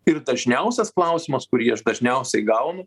ir dažniausias klausimas kurį aš dažniausiai gaunu